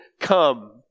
come